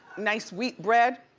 nice wheat bread,